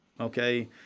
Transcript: okay